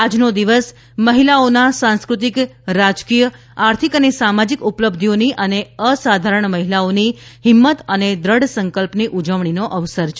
આજનો દિવસ મહિલાઓના સાંસ્ક્રતિક રાજકીય આર્થિક અને સામાજીક ઉપલબ્ધિઓની અને અસાધારણ મહિલાઓની હિંમત અને દ્રઢ સંકલ્પની ઉજવણીનો અવસર છે